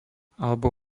alebo